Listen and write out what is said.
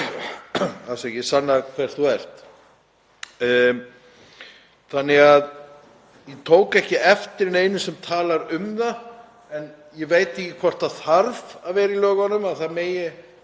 þú ert. Ég tók ekki eftir neinu sem talar um það, en ég veit ekki hvort það þarf að vera í lögunum að það megi